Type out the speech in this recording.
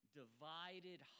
divided